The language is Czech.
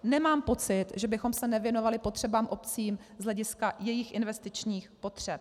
Nemám pocit, že bychom se nevěnovali potřebám obcí z hlediska jejich investičních potřeb.